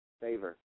Favor